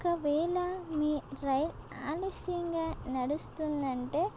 ఒకవేళ మీ రైల్ ఆలస్యంగా నడుస్తుందంటే